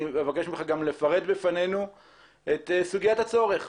אני מבקש ממך גם לפרט בפנינו את סוגיית הצורך.